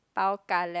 bao ka liao